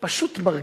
פשוט מרגיז.